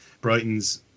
Brighton's